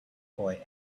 boy